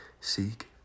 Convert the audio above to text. Seek